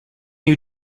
you